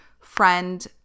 friend